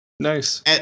Nice